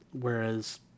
Whereas